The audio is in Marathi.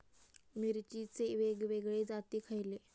मिरचीचे वेगवेगळे जाती खयले?